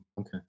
okay